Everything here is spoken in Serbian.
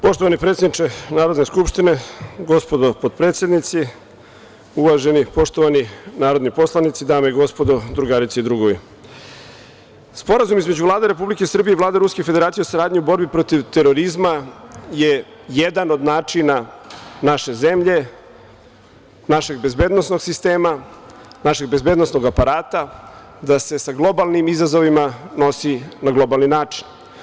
Poštovani predsedniče Narodne skupštine, gospodo potpredsednici, uvaženi, poštovani narodni poslanici, dame i gospodo, drugarice i drugovi, Sporazum između Vlade Republike Srbije i Vlade Ruske Federacije o saradnji u borbi protiv terorizma je jedan od načina naše zemlje, našeg bezbednosnog sistema, našeg bezbednosnog aparata da se sa globalnim izazovima nosi na globalni način.